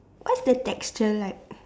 what's the texture like